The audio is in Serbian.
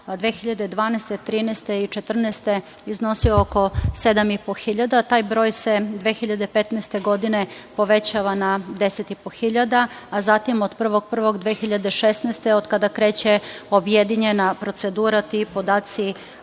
2012, 2013. i 2014. godine iznosio oko 7,5 hiljada. Taj broj se 2015. godine povećava na 10,5 hiljada, a zatim od 01. januara 2016. godine, od kada kreće objedinjena procedura, ti podaci